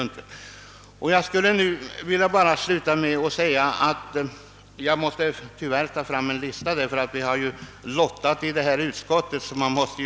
När jag nu skall framställa yrkande måste jag faktiskt ta fram en lista, ty vi har ju lottat i utskottet.